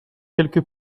quelque